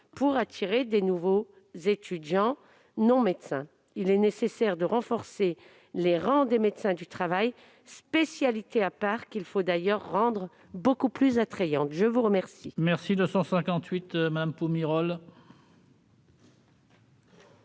d'attirer de nouveaux étudiants non médecins. Il est nécessaire de renforcer les rangs des médecins du travail, spécialité à part qu'il faut par ailleurs rendre beaucoup plus attrayante. La parole